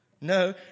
No